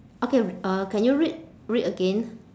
okay r~ uh can you read read again